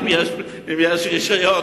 אם יש רשיון,